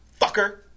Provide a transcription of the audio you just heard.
Fucker